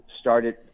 started